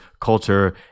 culture